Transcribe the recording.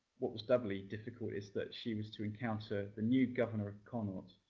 what was doubly difficult is that she was to encounter the new governor of connaught.